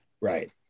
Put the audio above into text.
Right